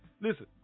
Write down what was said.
listen